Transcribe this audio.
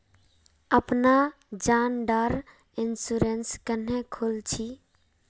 अपना जान डार इंश्योरेंस क्नेहे खोल छी?